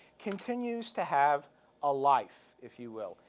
continues to have a life, if you will.